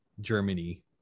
germany